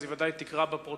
אז היא ודאי תקרא בפרוטוקול,